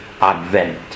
advent